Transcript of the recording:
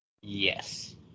Yes